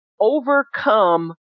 overcome